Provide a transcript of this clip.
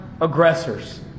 aggressors